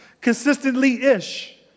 consistently-ish